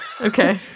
okay